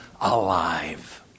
alive